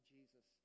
Jesus